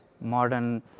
modern